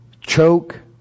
Choke